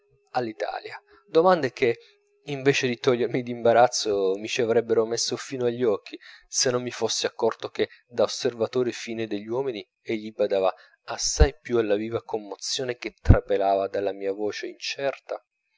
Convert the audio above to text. all'italia domande che invece di togliermi d'imbarazzo mi ci avrebbero messo fino agli occhi se non mi fossi accorto che da osservatore fine degli uomini egli badava assai più alla viva commozione che trapelava dalla mia voce incerta